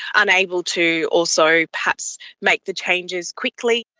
unable to also perhaps make the changes quickly.